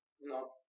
No